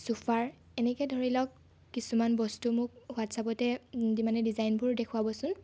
sofa এনেকৈ ধৰি লওক কিছুমান বস্তু মোক ৱাটচ্এপতে মানে ডিজাইনবোৰ দেখুৱাবচোন